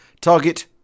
Target